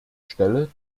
stelle